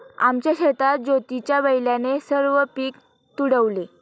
आमच्या शेतात ज्योतीच्या बैलाने सर्व पीक तुडवले